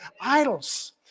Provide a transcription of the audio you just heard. idols